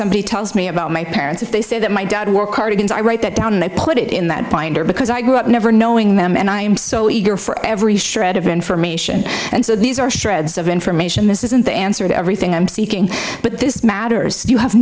somebody tells me about my parents if they say that my dad were cardigans i write that down and they put it in that binder because i grew up never knowing them and i am so eager for every shred of information and so these are shreds of information this isn't the answer to everything i'm seeking but this matters you have